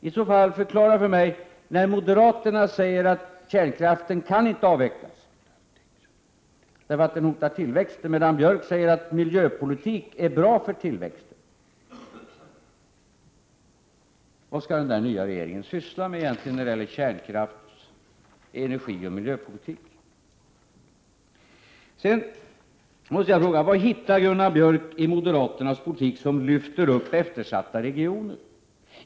Förklara i så fall för mig vad denna nya regering egentligen skall syssla med när det gäller kärnkrafts-, energioch miljöpolitik, när moderaterna säger att kärnkraften inte kan avvecklas därför att den hotar tillväxten, medan Björk säger att miljöpolitik är bra för tillväxten. Jag måste vidare fråga vad Gunnar Björk hittar i moderaternas politik som lyfter upp eftersatta regioner.